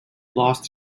lost